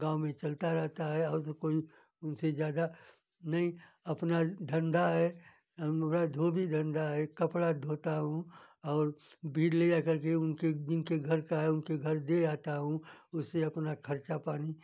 गाँव में चलता रहता है और तो कोई उनसे ज्यादा नहीं अपना धंधा है मेरा धोबी धंधा है कपड़ा धोता हूँ और बीड लेजा करके उनके गिनके घर का है उनके घर दे आता हूँ उसे अपना खर्चा पानी